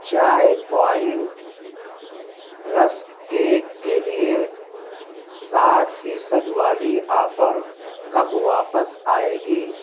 چائے point rusk cake کے لیے ساٹھ فیصد والی آفر کب واپس آئے گی